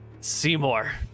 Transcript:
Seymour